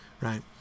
right